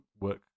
work